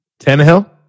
Tannehill